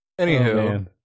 anywho